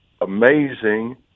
amazing